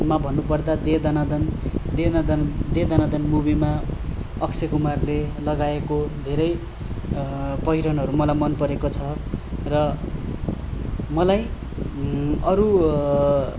मा भन्नुपर्दा दे दना दन देन दन दे दना दन मुभिमा अक्षय कुमारले लगाएको धेरै पहिरनहरू मलाई मन परेको छ र मलाई अरू